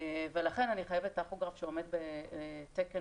ולכן חייבים טכוגרף שעומד בתקן,